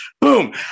Boom